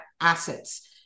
assets